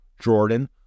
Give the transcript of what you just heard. Jordan